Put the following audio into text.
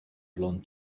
blond